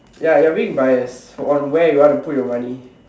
ya you're being biased on where you want to put your money